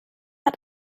hat